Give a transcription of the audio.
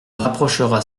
rapprochera